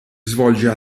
svolge